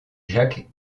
jacques